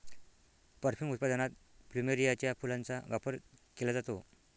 perfume उत्पादनात प्लुमेरियाच्या फुलांचा वापर केला जातो